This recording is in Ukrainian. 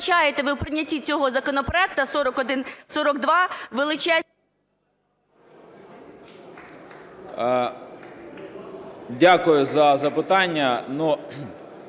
Дякую за запитання.